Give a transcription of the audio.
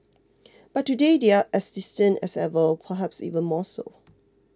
but today they are as distant as ever perhaps even more so